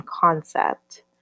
concept